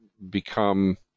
Become